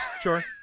Sure